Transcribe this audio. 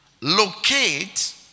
Locate